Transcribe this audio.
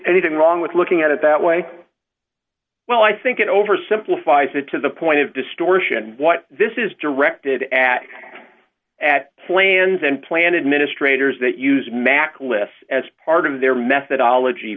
anything wrong with looking at it that way well i think it oversimplifies it to the point of distortion what this is directed at at plans and plan administrator is that use mac lists as part of their methodology